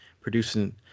producing